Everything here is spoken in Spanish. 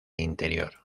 interior